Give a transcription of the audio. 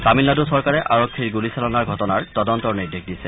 তামিলনাডু চৰকাৰে আৰক্ষীৰ গুলিচালনাৰ ঘটনাৰ তদন্তৰ নিৰ্দেশ দিছে